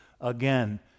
again